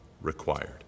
required